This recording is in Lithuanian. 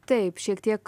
taip šiek tiek